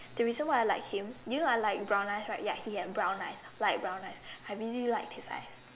the reason why I like him do you know I like brown eyes right he had brown eyes light brown eyes I really liked his eyes